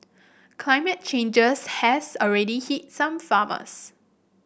climate changes has already hit some farmers